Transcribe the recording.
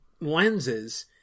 lenses